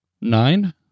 Nine